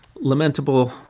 lamentable